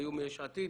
היום "יש עתיד",